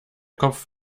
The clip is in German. kopf